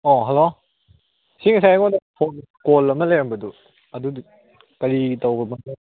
ꯑꯣ ꯍꯦꯜꯂꯣ ꯁꯤ ꯉꯁꯥꯏ ꯑꯩꯉꯣꯟꯗ ꯐꯣꯟ ꯀꯣꯜ ꯑꯃ ꯂꯩꯔꯝꯕꯗꯨ ꯑꯗꯨꯗꯨ ꯀꯔꯤ ꯇꯧꯔꯕꯅꯣ